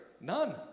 none